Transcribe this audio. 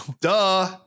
Duh